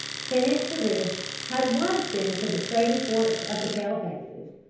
san-it-sa-rish had once been to the trading forts of the pale-faces,